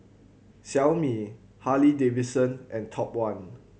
Xiaomi Harley Davidson and Top One